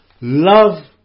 love